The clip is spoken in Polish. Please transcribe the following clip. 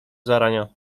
zarania